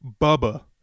Bubba